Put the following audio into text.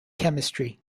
chemistry